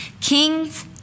king's